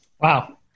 Wow